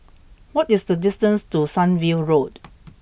what is the distance to Sunview Road